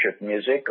music